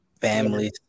Families